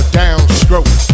downstroke